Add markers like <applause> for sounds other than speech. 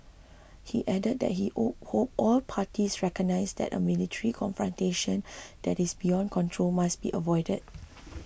he added that he <unintelligible> hoped all parties recognise that a military confrontation that is beyond control must be avoided